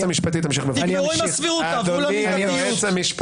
תגמרו עם הסבירות תעברו למידתיות.